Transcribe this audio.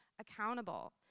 accountable